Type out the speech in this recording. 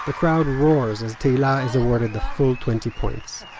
crowd roars, as tehila is awarded the full twenty points